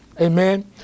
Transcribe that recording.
Amen